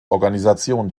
organisationen